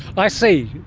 i see,